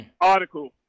article